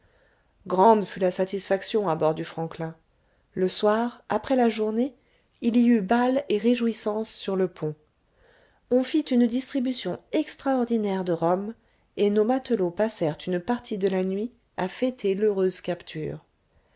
grande fut la satisfaction à bord du franklin le soir après la journée il y eut bal et réjouissances sur le pont on fit une distribution extraordinaire de rhum et nos matelots passèrent une partie de la nuit à fêter l'heureuse capture